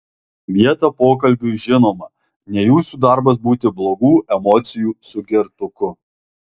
vietą pokalbiui žinoma ne jūsų darbas būti blogų emocijų sugertuku